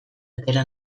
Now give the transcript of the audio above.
atera